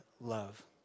love